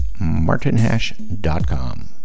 martinhash.com